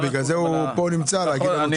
בגלל זה הוא נמצא פה, כדי לתת לנו תשובות.